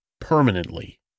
permanently